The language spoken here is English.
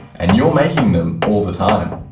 and you're making them all the time.